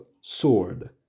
Sword